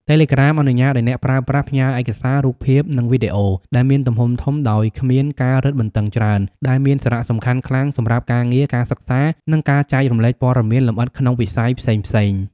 តេឡេក្រាមអនុញ្ញាតឱ្យអ្នកប្រើប្រាស់ផ្ញើឯកសារ រូបភាព និងវីដេអូដែលមានទំហំធំ ដោយគ្មានការរឹតបន្តឹងច្រើន ដែលមានសារៈសំខាន់ខ្លាំងសម្រាប់ការងារ ការសិក្សា និងការចែករំលែកព័ត៌មានលម្អិតក្នុងវិស័យផ្សេងៗ។